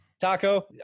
Taco